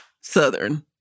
Southern